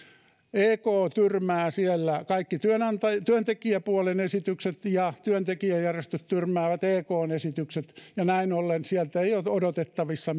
ek tyrmää siellä kaikki työntekijäpuolen esitykset ja työntekijäjärjestöt tyrmäävät ekn esitykset ja näin ollen sieltä ei ole odotettavissa